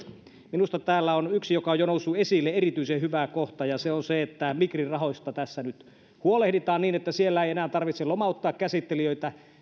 minusta täällä on yksi joka on jo noussut esille erityisen hyvä kohta ja se on se että migrin rahoista tässä nyt huolehditaan niin että siellä ei enää tarvitse lomauttaa käsittelijöitä